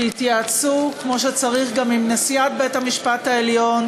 שיתייעצו כמו שצריך גם עם נשיאת בית-המשפט העליון,